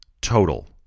total